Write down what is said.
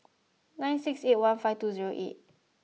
nine six eight one five two zero eight